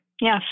Yes